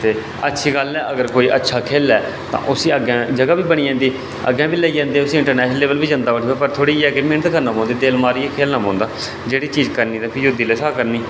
ते अच्छी गल्ल ऐ अगर कोई अच्छा खेल्लै तां उस्सी अग्गें जगह बी बनी जंदी अग्गें बी लेई जंदे उस्सी इंटरनैशनल बी लेई जंदे पर थोह्ड़ी मैह्नत करना पौंदी दिल लाइयै खेलना पौंदा जेह्ड़ी चीज़ करनी ते फ्ही ओह् दिलै कशा करनी